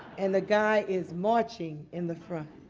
and the guy is marching in the front.